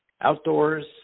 outdoors